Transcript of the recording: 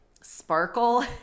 sparkle